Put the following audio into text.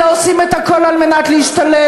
אלה עושים את הכול כדי להשתלב,